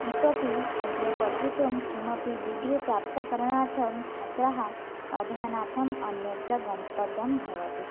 इतोऽपि अग्रे पठितुं किमपि डिग्रि प्राप्तिकरणार्थं छात्राः अध्ययनार्थम् अन्यत्र गन्तव्यं भवति